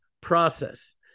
process